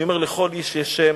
אני אומר: לכל איש יש שם,